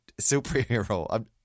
superhero